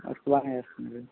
అలాగే చేసింది